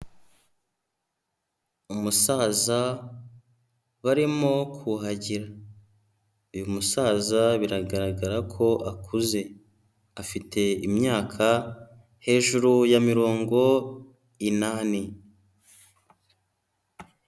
Umusaza barimo kuhagira, uyu musaza biragaragara ko akuze, afite imyaka hejuru ya mirongo inani.